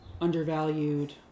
undervalued